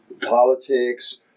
politics